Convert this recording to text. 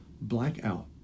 blackout